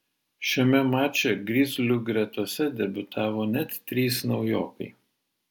šiame mače grizlių gretose debiutavo net trys naujokai